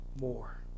more